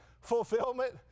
fulfillment